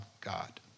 God